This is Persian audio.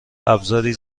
ابرازی